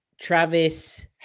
Travis